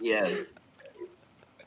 Yes